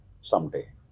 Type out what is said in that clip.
someday